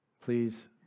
Please